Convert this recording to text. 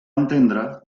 entendre